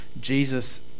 Jesus